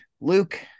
Luke